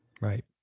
Right